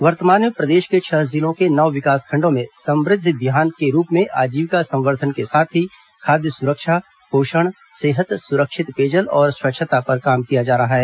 वर्तमान में प्रदेश के छह जिलों के नौ विकासखंडों में समृद्ध बिहान के रूप में आजीविका संवर्धन के साथ ही खाद्य सुरक्षा पोषण सेहत सुरक्षित पेयजल और स्वच्छता पर काम किया जा रहा है